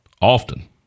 often